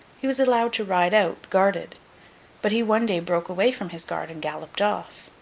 he was allowed to ride out, guarded but he one day broke away from his guard and galloped of.